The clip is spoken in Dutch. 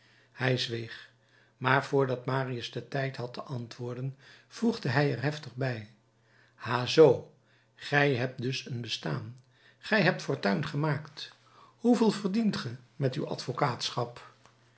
hij zweeg maar voor dat marius den tijd had te antwoorden voegde hij er heftig bij ha zoo gij hebt dus een bestaan gij hebt fortuin gemaakt hoeveel verdient ge met uw